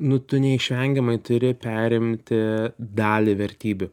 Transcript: nu tu neišvengiamai turi perimti dalį vertybių